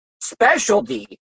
specialty